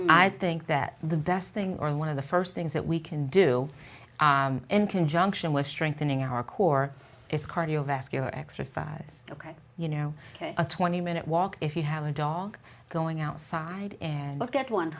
this i think that the best thing or one of the first things that we can do in conjunction with strengthening our core is cardiovascular exercise ok you know a twenty minute walk if you have a dog going outside and look at one